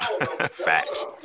facts